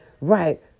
right